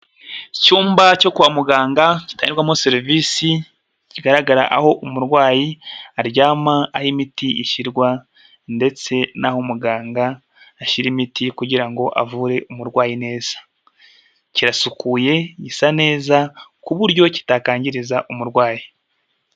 Icyumba cyo kwa muganga kitangirwamo serivisi, kigaragara aho umurwayi aryama n'aho imiti ishyirwa, ndetse n'aho umuganga ashyira imiti kugira ngo avure umurwayi neza, kirasukuye, gisa neza ku buryo kitakangiriza umurwayi.